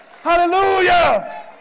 Hallelujah